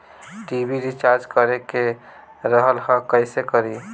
TV recharge करे के रहल ह कइसे करी?